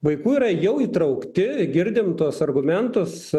vaikų yra jau įtraukti girdim tuos argumentus